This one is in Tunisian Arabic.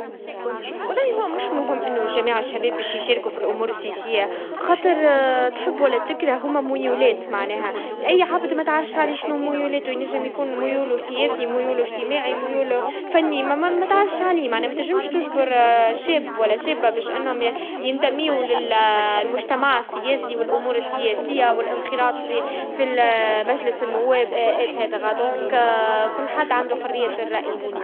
مشاركة الشباب في الأمور السياسية أمر مهم برشة. الشباب هم المستقبل، والقرارات السياسية اليوم تأثر عليهم بشكل كبير. لو ما شاركوا في الانتخابات أو في الحوارات السياسية، ما يكونش عندهم دور في تحديد مصيرهم. مهم أن يكون عندهم صوت ورأي في الأمور اللي تخصهم.